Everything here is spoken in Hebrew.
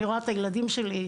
אני רואה את הילדים שלי,